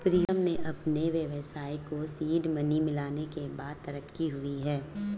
प्रीतम के अपने व्यवसाय के सीड मनी मिलने के बाद तरक्की हुई हैं